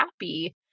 happy